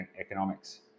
economics